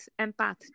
empath